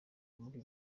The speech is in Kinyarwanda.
muri